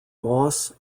moss